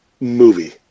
movie